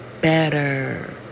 better